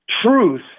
Truth